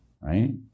right